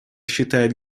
считает